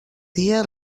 dia